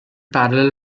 parallel